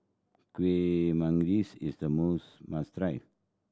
Kueh Manggis is the must try